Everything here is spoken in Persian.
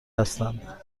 هستند